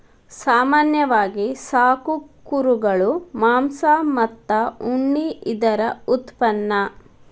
ಸಾಮಾನ್ಯವಾಗಿ ಸಾಕು ಕುರುಗಳು ಮಾಂಸ ಮತ್ತ ಉಣ್ಣಿ ಇದರ ಉತ್ಪನ್ನಾ